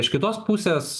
iš kitos pusės